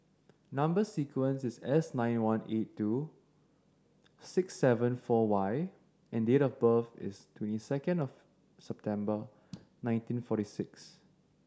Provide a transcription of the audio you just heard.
number sequence is S nine one eight two six seven four Y and date of birth is twenty second of September nineteen forty six